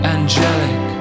Angelic